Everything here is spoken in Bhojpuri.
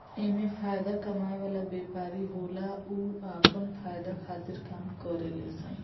एमे फायदा कमाए वाला व्यापारी होला उ आपन फायदा खातिर काम करेले सन